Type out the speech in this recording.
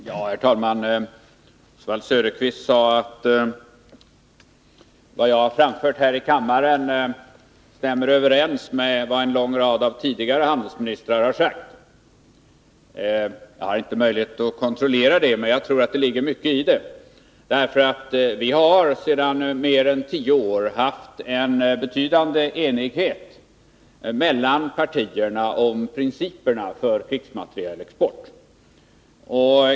Herr talman! Oswald Söderqvist sade att vad jag har framfört här i kammaren stämmer överens med vad en lång rad av tidigare handelsministrar har sagt. Jag har inte möjlighet att kontrollera det, men jag tror att det ligger mycket i det. Vi har ju sedan mer än tio år haft en betydande enighet mellan partierna om principerna för krigsmaterielexport.